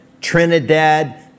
Trinidad